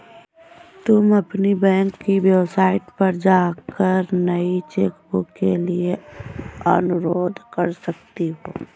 तुम अपनी बैंक की वेबसाइट पर जाकर नई चेकबुक के लिए अनुरोध कर सकती हो